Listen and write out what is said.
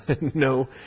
no